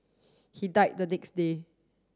he died the next day